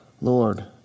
Lord